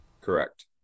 Correct